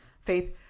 Faith